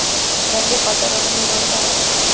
ব্যাঙ্কে কত রকমের লোন পাওয়া য়ায়?